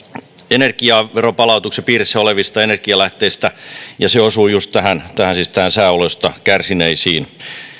energiaveron palautuksen piirissä olevista energialähteistä ja se osuu just näihin sääoloista kärsineisiin